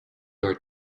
are